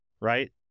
right